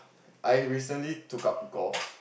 I recently took up golf